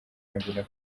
yombi